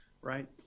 right